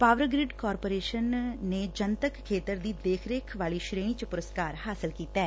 power grid corporation ਨੇ ਜਨਤਕ ਖੇਤਰ ਦੀ ਦੇਖ ਰੇਖ ਕਰਨ ਵਾਲੀ ਸ੍ਰੇਣੀ ਚ ਪੁਰਸਕਾਰ ਹਾਸਲ ਕੀਤੈ